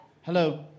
Hello